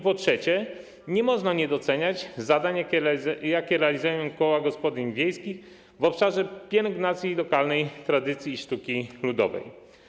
Po trzecie, nie można nie doceniać zadań, jakie realizują koła gospodyń wiejskich w obszarze pielęgnacji lokalnej tradycji i sztuki ludowej.